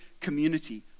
community